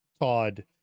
Todd